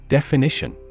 Definition